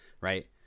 right